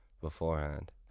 beforehand